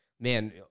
man